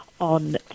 on